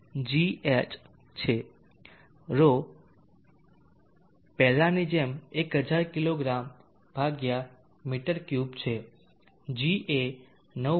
ρ પહેલાની જેમ 1000 કિગ્રા મી3 છે g એ 9